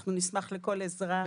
אנחנו נשמח לכל עזרה,